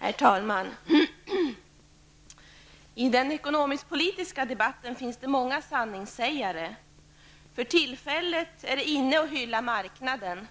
Herr talman! I den ekonomisk-politiska debatten finns det många sanningssägare. För tillfället är det inne att hylla marknaden.